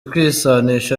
kwisanisha